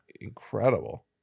incredible